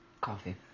Coffee